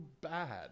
bad